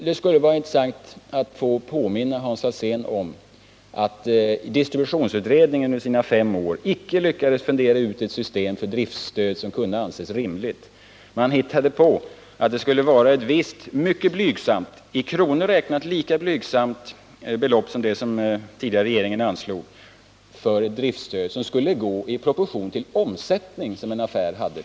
Det skulle vara intressant att få påminna Hans Alsén om att distributionsutredningen på fem år inte lyckades fundera ut ett system för driftstöd som kunde anses rimligt. Utredningen hittade på ett driftstöd som skulle vara på ett i kronor räknat lika blygsamt belopp som det som den tidigare regeringen anslog och som skulle utgå i proportion till den omsättning en affär hade.